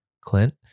Clint